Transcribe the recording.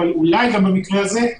ואולי במקרה הזה,